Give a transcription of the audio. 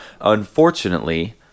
Unfortunately